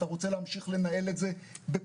אתה רוצה להמשיך לנהל את זה בפנקסנות.